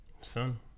son